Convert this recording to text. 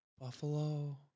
Buffalo